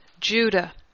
Judah